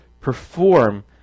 perform